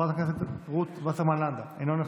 חברת הכנסת רות וסרמן לנדה, אינה נוכחת.